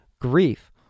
grief